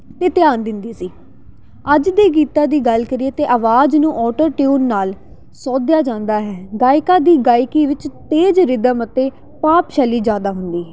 ਅਤੇ ਧਿਆਨ ਦਿੰਦੀ ਸੀ ਅੱਜ ਦੇ ਗੀਤਾਂ ਦੀ ਗੱਲ ਕਰੀਏ ਤਾਂ ਆਵਾਜ਼ ਨੂੰ ਆਟੋ ਟਿਊਨ ਨਾਲ ਸੋਧਿਆ ਜਾਂਦਾ ਹੈ ਗਾਇਕਾਂ ਦੀ ਗਾਇਕੀ ਵਿੱਚ ਤੇਜ਼ ਰਿਦਮ ਅਤੇ ਭਾਵਸ਼ੈਲੀ ਜ਼ਿਆਦਾ ਹੁੰਦੀ ਹੈ